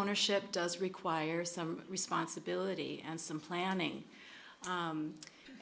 ownership does require some responsibility and some planning